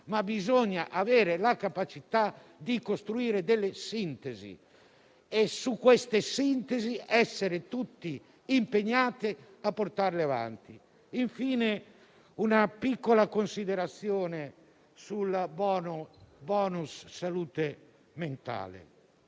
Bisogna avere la capacità di costruire delle sintesi e essere tutti impegnati a portarle avanti. Infine, una piccola considerazione sul *bonus* salute mentale.